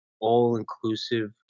all-inclusive